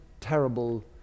terrible